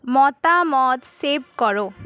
মতামত সেভ করো